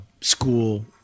school